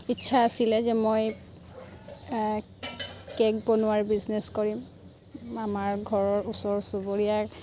ইচ্ছা আছিলে যে মই কে'ক বনোৱাৰ বিজনেছ কৰিম আমাৰ ঘৰৰ ওচৰ চুবুৰীয়াৰ